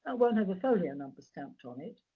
ah won't have a folio number stamped on it.